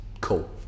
cool